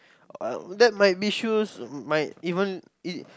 uh that might be shoes might even be